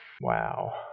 Wow